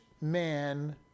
man